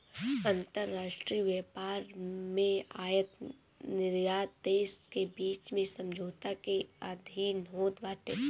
अंतरराष्ट्रीय व्यापार में आयत निर्यात देस के बीच में समझौता के अधीन होत बाटे